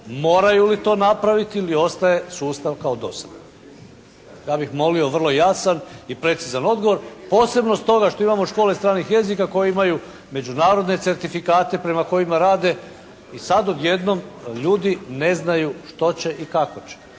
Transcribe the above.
Moraju li to napraviti? Ili ostaje sustav kao do sada? Ja bih molio vrlo jasan i precizan odgovor. Posebno stoga što imamo škole stranih jezika koje imaju međunarodne certifikate prema kojima rade i sad odjednom ljudi ne znaju što će i kako će?